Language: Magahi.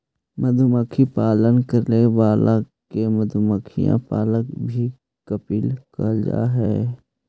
मधुमक्खी पालन करे वाला के मधुमक्खी पालक बी कीपर कहल जा हइ